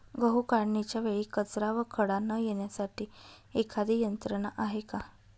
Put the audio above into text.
गहू काढणीच्या वेळी कचरा व खडा न येण्यासाठी एखादी यंत्रणा आहे का?